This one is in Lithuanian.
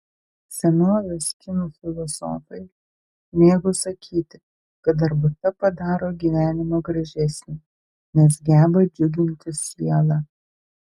senovės kinų filosofai mėgo sakyti kad arbata padaro gyvenimą gražesnį nes geba džiuginti sielą